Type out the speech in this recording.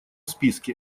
списке